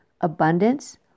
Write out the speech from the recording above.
abundance